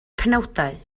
penawdau